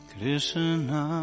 Krishna